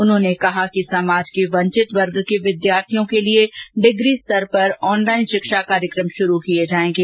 उन्होंने कहा कि समाज के वंचित वर्ग के विद्यार्थियों के लिए डिग्री स्तर पर ऑनलाईन शिक्षा कार्यक्रम शुरू किये जायेंगे